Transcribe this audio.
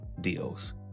deals